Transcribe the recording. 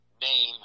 name